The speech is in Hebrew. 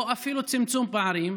או אפילו על צמצום פערים,